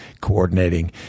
coordinating